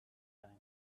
time